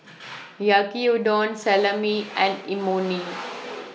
Yaki Udon Salami and Imoni